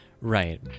Right